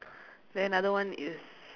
then other one is